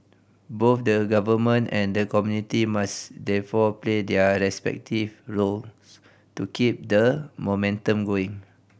both the government and the community must therefore play their respective role to keep the momentum going